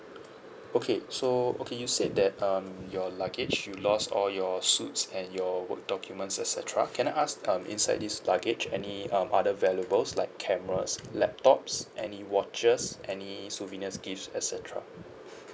okay so okay you said that um your luggage you lost all your suits and your work documents et cetera can I ask um inside this luggage any um other valuables like cameras laptops any watches any souvenirs gifts et cetera